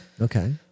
okay